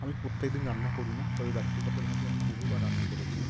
আমি প্রত্যেকদিম রান্না করি না তবে ব্যক্তিগতভাবে আমি বহুবার রান্না করেছি